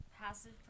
Passive